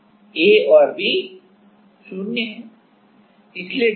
A और B 0 हैं